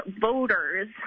voters